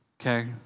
Okay